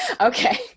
Okay